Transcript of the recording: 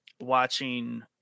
watching